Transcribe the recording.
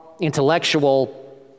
intellectual